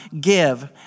give